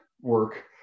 work